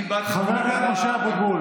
חבר הכנסת אבוטבול,